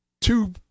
two